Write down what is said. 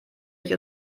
ich